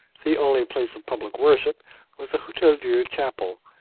the only place of public worship was the hotel-dieu chapel,